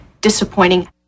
disappointing